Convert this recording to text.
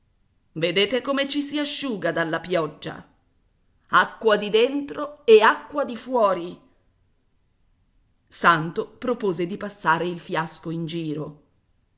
vedete come ci si asciuga dalla pioggia acqua di dentro e acqua di fuori santo propose di passare il fiasco in giro